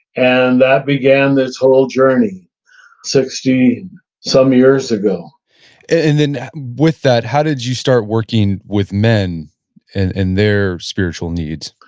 and that began this whole journey sixty some years ago and with that, how did you start working with men and and their spiritual needs?